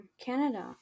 canada